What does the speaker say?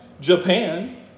Japan